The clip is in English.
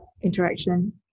interaction